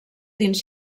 dins